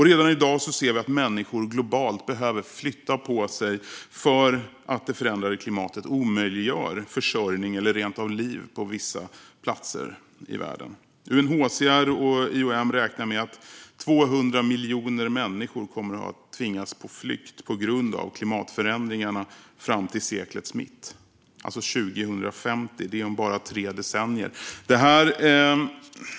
Redan i dag ser vi att människor globalt behöver flytta på sig för att det förändrade klimatet omöjliggör försörjning eller rent av liv på vissa platser i världen. UNHCR och IOM räknar med att 200 miljoner människor kommer att ha tvingats på flykt på grund av klimatförändringarna fram till seklets mitt - alltså 2050, om bara tre decennier.